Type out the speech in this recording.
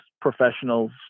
professionals